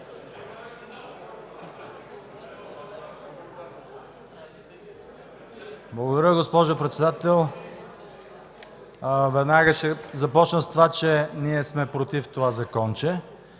Благодаря, госпожо Председател. Веднага ще започна с това, че ние сме против това законче.